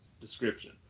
description